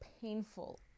painful